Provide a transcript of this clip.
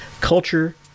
culture